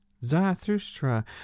Zarathustra